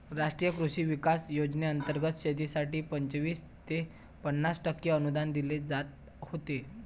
राष्ट्रीय कृषी विकास योजनेंतर्गत शेतीसाठी पंचवीस ते पन्नास टक्के अनुदान दिले जात होते